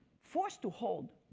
forced to hold.